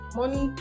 money